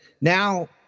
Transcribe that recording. Now